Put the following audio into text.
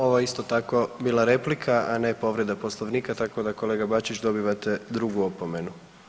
Ovo je isto tako bila replika, a ne povreda Poslovnika tako da kolega Bačić dobivate drugu opomenu.